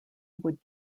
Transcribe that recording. would